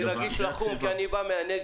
אני רגיש לחום כי אני בא מהנגב.